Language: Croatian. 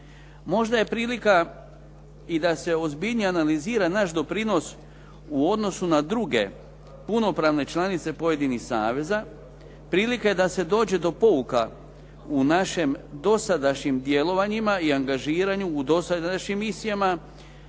Možda je prilika i da se ozbiljnije analizira naš doprinos u odnosu na druge punopravne članice pojedinih saveza, prilika je da se dođe do pouka u našem dosadašnjim djelovanjima i angažiranju, u dosadašnjim misijama